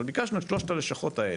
אבל, ביקשנו את אותן שלוש הלשכות האלה